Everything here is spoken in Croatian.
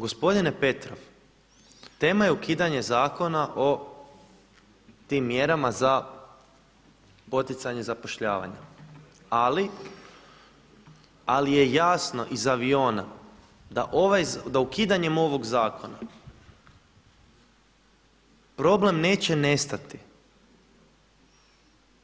Gospodine Petrov, tema je ukidanje zakona o tim mjerama za poticanje zapošljavanja, ali je jasno iz aviona da ukidanjem ovog zakona problem neće nestati